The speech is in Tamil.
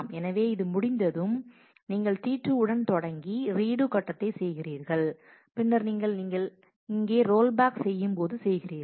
எனவே இது முடிந்ததும் நீங்கள் T2 உடன் தொடங்கி ரீடு கட்டத்தை செய்கிறீர்கள் பின்னர் நீங்கள் இங்கே ரோல் பேக் செய்யும்போது செய்கிறீர்கள்